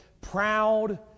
proud